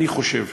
אני חושב,